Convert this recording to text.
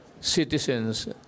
citizens